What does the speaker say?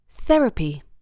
Therapy